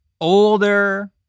older